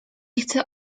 chcę